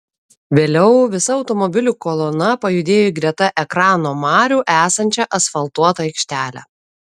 vėliau visa automobilių kolona pajudėjo į greta ekrano marių esančią asfaltuotą aikštelę